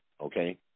okay